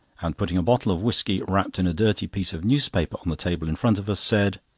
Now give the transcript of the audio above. and putting a bottle of whisky, wrapped in a dirty piece of newspaper, on the table in front of us, said